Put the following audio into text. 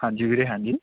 ਹਾਂਜੀ ਵੀਰੇ ਹਾਂਜੀ